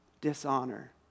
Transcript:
dishonor